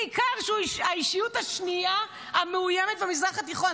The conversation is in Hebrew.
בעיקר שהוא האישיות השנייה המאוימת במזרח התיכון,